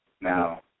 now